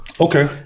Okay